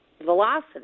velocity